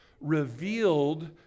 revealed